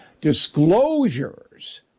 disclosures